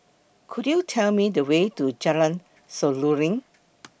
Could YOU Tell Me The Way to Jalan Seruling